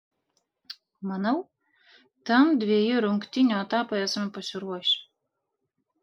manau tam dviejų rungtynių etapui esame pasiruošę